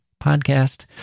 podcast